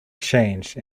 changed